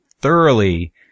thoroughly